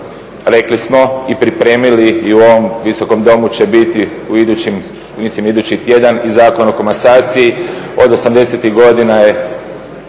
rekli smo i pripremili i u ovom Visokom domu će biti u idućim, mislim idući tjedan i Zakon o komasaciji. Od 80-tih godina se